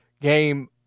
game